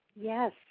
Yes